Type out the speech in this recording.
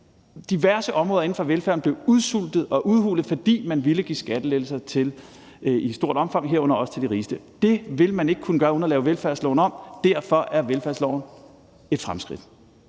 Diverse områder inden for velfærden blev udsultet og udhulet, fordi man ville give skattelettelser i stort omfang, herunder også til de rigeste. Det vil man ikke kunne gøre uden at lave velfærdsloven om, og derfor er velfærdsloven et fremskridt.